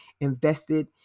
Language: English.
invested